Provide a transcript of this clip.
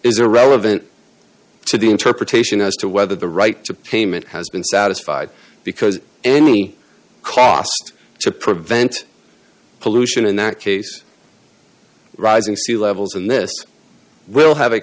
irrelevant to the interpretation as to whether the right to payment has been satisfied because any cost to prevent pollution in that case rising sea levels and this will have